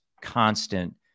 constant